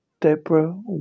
Deborah